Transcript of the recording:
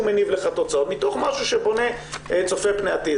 מניב לך תוצאות מתוך משהו שצופה פני עתיד.